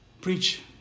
Preach